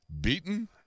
beaten